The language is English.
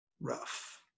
rough